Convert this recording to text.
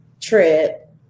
trip